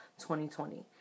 2020